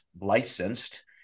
licensed